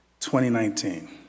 2019